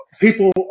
people